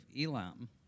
Elam